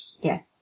Yes